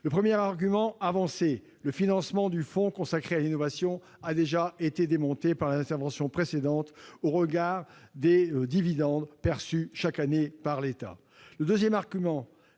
Le premier argument avancé, le financement du fonds consacré à l'innovation, a déjà été démonté dans l'intervention précédente, au regard des dividendes perçus chaque année par l'État.